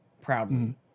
proudly